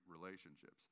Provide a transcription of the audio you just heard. relationships